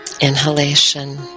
Inhalation